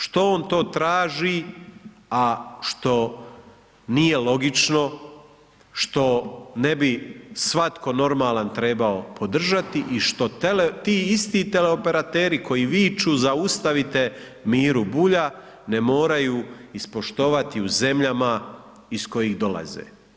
Što on to traži, a što nije logično, što ne bi svatko normalan trebao podržati i što ti isti teleoperateri koji viču zaustavite Miru Bulja ne moraju ispoštovati u zemljama iz kojih dolaze.